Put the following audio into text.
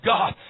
God